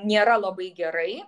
nėra labai gerai